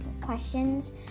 questions